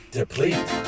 Deplete